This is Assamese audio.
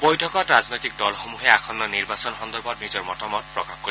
বৈঠকত ৰাজনৈতিক দলসমূহে আসন্ন নিৰ্বাচন সন্দৰ্ভত নিজৰ মতামত প্ৰকাশ কৰিব